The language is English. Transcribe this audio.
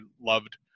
loved